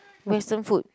Western food